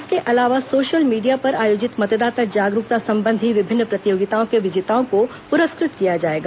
इसके अलावा social media पर आयोजित मतदाता जागरूकता संबंधी विभिन्न प्रतियोगिताओं के विजेताओं को पुरस्कृत किया जाएगा